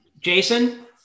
Jason